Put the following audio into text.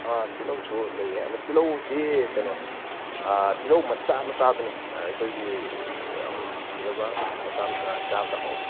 ꯑꯥ ꯇꯤꯜꯍꯧꯁꯨ ꯂꯩꯌꯦ ꯑꯗ ꯇꯤꯜꯍꯧꯁꯤ ꯀꯩꯅꯣꯅꯤ ꯇꯤꯜꯍꯧ ꯃꯆꯥ ꯃꯆꯥꯗꯨꯅꯤ ꯑꯩꯈꯣꯏꯒꯤ ꯌꯥꯝ ꯐꯖꯕ ꯃꯆꯥ ꯃꯆꯥ ꯆꯥꯕꯗ ꯍꯥꯎꯕꯗꯣ